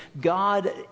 God